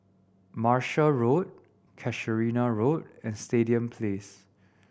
Martia Road Casuarina Road and Stadium Place